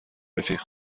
رفیق